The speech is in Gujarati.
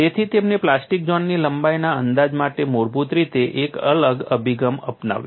તેથી તેમણે પ્લાસ્ટિક ઝોનની લંબાઈના અંદાજ માટે મૂળભૂત રીતે એક અલગ અભિગમ અપનાવ્યો